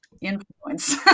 influence